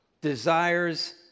desires